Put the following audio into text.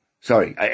sorry